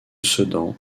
sedan